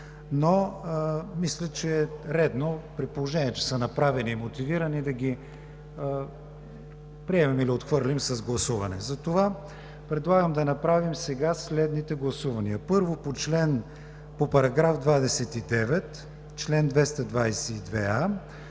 Но мисля, че е редно, при положение че са направени и мотивирани, да ги приемем или отхвърлим с гласуване. Затова предлагам да направим следните гласувания: Първо, по § 29, чл. 222а,